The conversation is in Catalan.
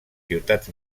ciutats